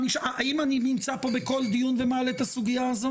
האם אני נמצא פה בכל דיון ומעלה את הסוגיה הזו?